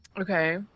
Okay